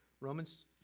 Romans